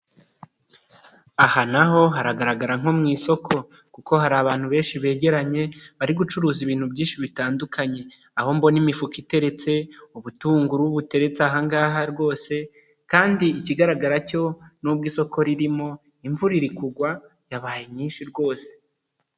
Aha naho haragaragara nko mu isoko kuko hari abantu benshi begeranye, bari gucuruza ibintu byinshi bitandukanye. Aho mbona imifuka iteretse, ubutunguru buteretse aha ngaha rwose, kandi ikigaragara cyo nubwo isoko ririmo, imvura iri kugwa, yabaye nyinshi rwose.